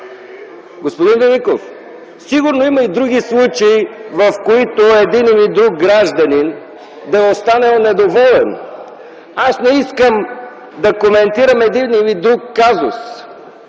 Господин Великов, сигурно има и други случаи, в които един или друг гражданин да е останал недоволен. Не искам да коментирам един или друг казуси.